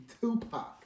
Tupac